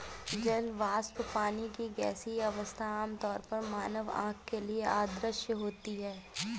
जल वाष्प, पानी की गैसीय अवस्था, आमतौर पर मानव आँख के लिए अदृश्य होती है